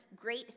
great